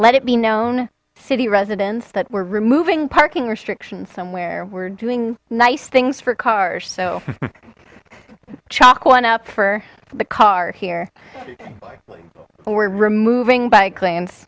let it be known city residents that were removing parking restrictions somewhere we're doing nice things for cars so chalk one up for the car here we're removing b